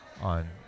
on